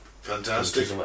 Fantastic